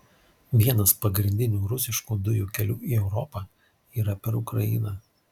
vienas pagrindinių rusiškų dujų kelių į europą yra per ukrainą